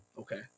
Okay